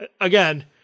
Again